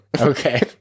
Okay